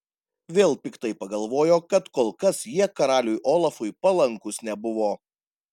vėl piktai pagalvojo kad kol kas jie karaliui olafui palankūs nebuvo